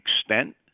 extent